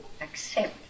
accept